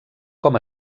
com